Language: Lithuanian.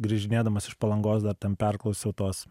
grįžinėdamas iš palangos dar ten perklausiau tuos